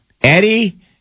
Eddie